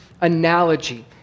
analogy